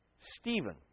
Stephen